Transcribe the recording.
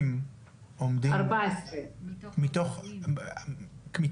ארבע עשרה יחידות מתוך כמה?